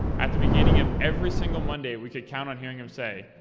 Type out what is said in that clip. at the beginning of every single monday, we could count on hearing him say,